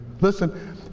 Listen